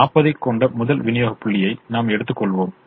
40 ஐக் கொண்ட முதல் விநியோக புள்ளியை நாம் எடுத்துக்கொள்வோம்